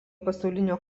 pasaulinio